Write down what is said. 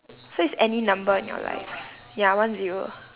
so it's any number in your life ya one zero